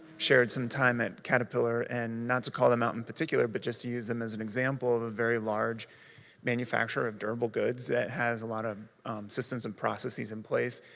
shared some time at caterpillar, and not to call them out in particular, but just to use them as an example of a very large manufacturer or durable goods that has a lot of systems and processes in place.